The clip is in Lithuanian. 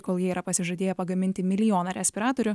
kol jie yra pasižadėję pagaminti milijoną respiratorių